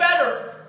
better